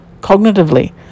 cognitively